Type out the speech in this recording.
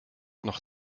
noch